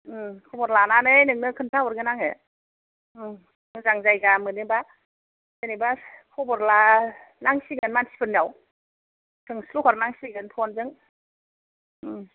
खबर लानानै नोंनो खोन्थाहरगोन आङो मोजां जायगा मोनोब्ला जेन'बा खबर लानांसिगोन मानसिफोरनिआव सोंस्लु हरनांसिगोन फनजों